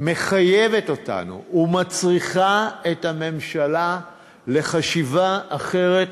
מחייבת אותנו ומצריכה את הממשלה לחשיבה אחרת,